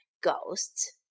ghosts